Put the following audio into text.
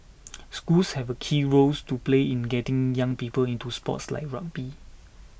schools have a key role to play in getting young people into sports like rugby